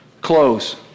close